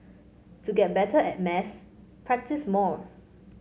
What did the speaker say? to get better at maths practise more